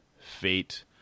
Fate